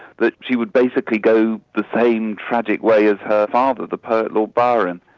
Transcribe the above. that she would basically go the same tragic way as her father, the poet lord byron.